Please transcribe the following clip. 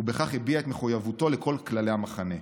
ובכך הביע את מחויבותו לכלל חלקי המחנה.